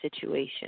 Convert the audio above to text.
situation